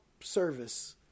service